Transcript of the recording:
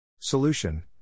Solution